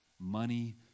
Money